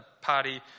party